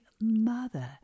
mother